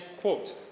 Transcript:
quote